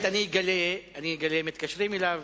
האמת, אני אגלה שמתקשרים אליו